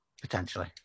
Potentially